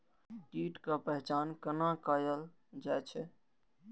कीटक पहचान कैना कायल जैछ?